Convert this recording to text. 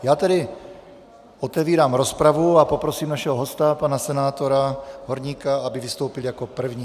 Já tedy otevírám rozpravu a poprosím našeho hosta, pana senátora Horníka, aby vystoupil jako první.